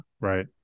Right